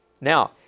Now